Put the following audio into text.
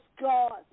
God